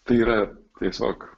tai yra tiesiog